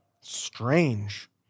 Strange